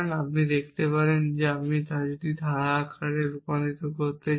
আপনি দেখতে পারেন যে আমি যদি ধারা আকারে রূপান্তর করতে চাই